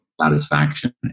satisfaction